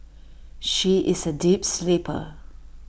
she is A deep sleeper